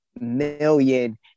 million